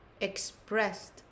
expressed